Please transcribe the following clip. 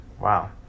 wow